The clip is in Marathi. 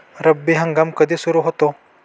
रब्बी हंगाम कधी सुरू होतो?